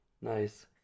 Nice